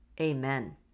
amen